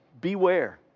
beware